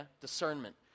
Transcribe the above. discernment